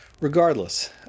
Regardless